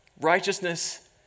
Righteousness